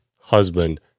husband